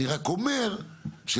אני רק אומר שלדעתי,